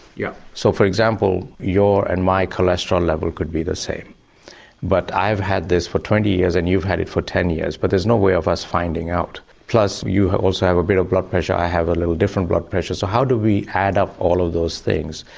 yeah so for example your and my cholesterol level could be the same but i've had this for twenty years and you've had it for ten years but there's no way of us finding out. plus you also have a bit of blood pressure, i have a little different blood pressure so how do we add up all of those things,